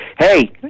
hey